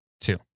two